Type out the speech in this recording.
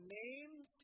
names